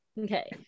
okay